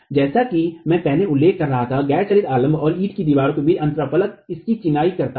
जैसा कि मैं पहले उल्लेख कर रहा था गैर चलित आलम्ब और ईंट की दीवार के बीच का अंतराफलक इसकी चिनाई करता है